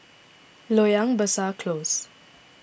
Loyang Besar Close